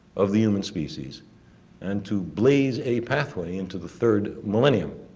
of the human species and to blaze a pathway into the third millennium,